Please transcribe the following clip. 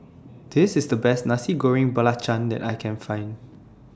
This IS The Best Nasi Goreng Belacan that I Can Find